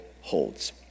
holds